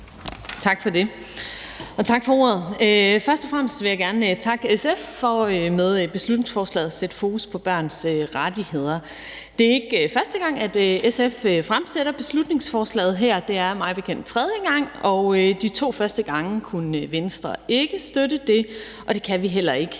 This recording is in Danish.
Søgaard-Lidell (V): Tak for ordet. Først og fremmest vil jeg gerne takke SF for med beslutningsforslaget at sætte fokus på børns rettigheder. Det er ikke første gang, SF fremsætter beslutningsforslaget her, det er mig bekendt tredje gang, og de to første gange kunne Venstre ikke støtte det, og det kan vi heller ikke